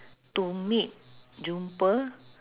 to meet jumpa